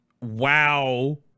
wow